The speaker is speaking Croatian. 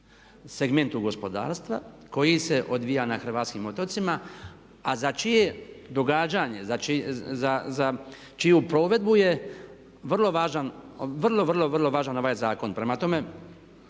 segmentu gospodarstva koji se odvija na hrvatskim otocima a za čije događanje, za čiju provedbu je vrlo važan, vrlo, vrlo,